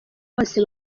bose